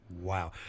wow